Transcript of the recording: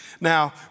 Now